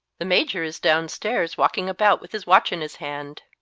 the major is downstairs walking about with his watch in his hand.